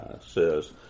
says